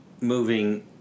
moving